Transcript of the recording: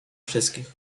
wszystkich